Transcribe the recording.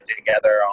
together